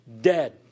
dead